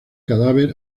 cadáver